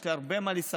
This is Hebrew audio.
יש לי הרבה מה לספר,